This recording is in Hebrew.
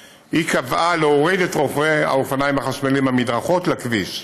להוריד את רוכבי האופניים החשמליים מהמדרכות לכביש.